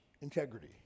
integrity